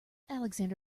alexander